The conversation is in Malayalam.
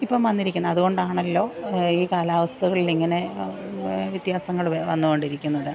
ഇപ്പം വന്നിരിക്കുന്നത് അതുകൊണ്ടാണല്ലോ ഈ കാലാവസ്ഥകളിലിങ്ങനെ വ്യത്യാസങ്ങൾ വന്നുകൊണ്ടിരിക്കുന്നത്